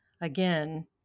Again